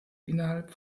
innerhalb